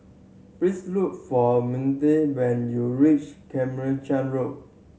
please look for when you reach Carmichael Road